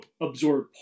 absorb